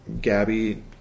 gabby